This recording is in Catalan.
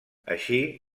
així